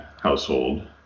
household